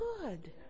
good